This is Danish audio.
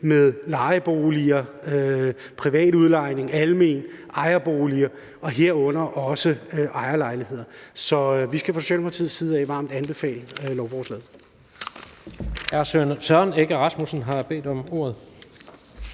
med lejeboliger, privat udlejning, alment, ejerboliger og herunder også ejerlejligheder. Så vi skal fra Socialdemokratiets side varmt anbefale lovforslaget.